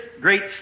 great